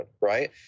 right